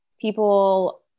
people